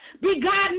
begotten